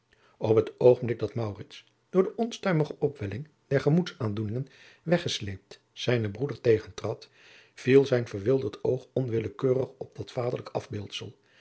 op het oogenblik dat maurits door de onstuimige opwelling der gemoedsaandoeningen weggesleept zijnen broeder jacob van lennep de pleegzoon tegentrad viel zijn verwilderd oog onwillekeurig op dat vaderlijk afbeeldsel